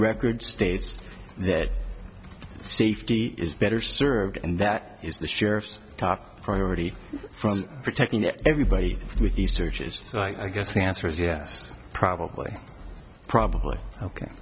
record states that safety is better served and that is the sheriff's top priority from protecting everybody with these searches so i guess the answer is yes probably probably ok